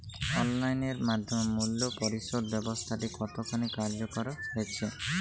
Online এর মাধ্যমে মূল্য পরিশোধ ব্যাবস্থাটি কতখানি কার্যকর হয়েচে?